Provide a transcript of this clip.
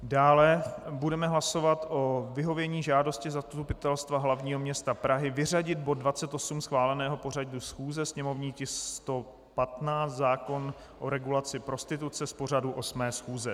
Dále budeme hlasovat o vyhovění žádosti Zastupitelstva hlavního města Prahy vyřadit bod 28 schváleného pořadu schůze, sněmovní tisk 115, zákon o regulaci prostituce z pořadu 8. schůze.